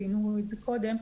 ציינו את זה קודם,